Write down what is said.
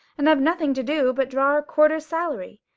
and have nothing to do but draw our quarter's salary.